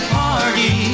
party